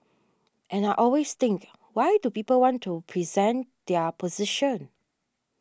and I always think why do people want to present their position